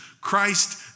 Christ